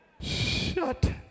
Shut